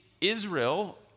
Israel